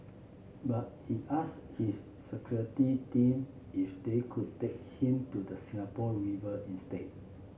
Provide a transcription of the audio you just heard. but he asked his security team if they could take him to the Singapore River instead